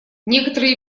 некоторые